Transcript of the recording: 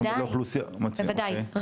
בוודאי,